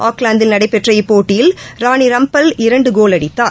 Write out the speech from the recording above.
ஆக்லாந்தில் நடைபெற்ற இப்போட்டியில் ராணிராம்பால் இரண்டுகோல் அடித்தார்